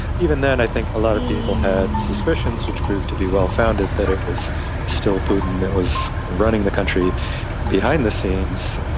even then i think a lot of people had suspicions which proved to be well founded, that it was still putin that was running the country behind the scenes.